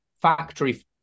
factory